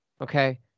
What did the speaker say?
okay